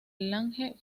lange